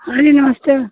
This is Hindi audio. जी नमस्ते